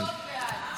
לא נתקבלה.